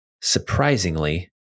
surprisingly